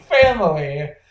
family